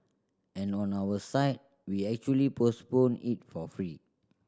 and on our side we actually postpone it for free